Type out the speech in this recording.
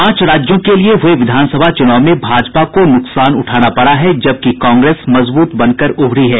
पांच राज्यों के लिये हुए विधानसभा चूनाव में भाजपा को नुकसान उठाना पड़ा है जबकि कांग्रेस मजबूत बनकर उभरी है